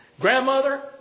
Grandmother